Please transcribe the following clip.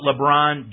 LeBron